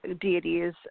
deities